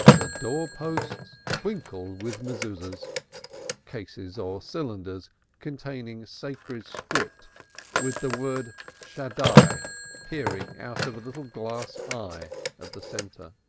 the door-posts twinkled with mezuzahs cases or cylinders containing sacred script with the word shaddai peering out of a little glass eye at the centre.